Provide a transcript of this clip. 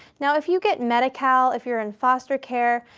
now, if you get medi-cal, if you're in foster care,